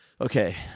Okay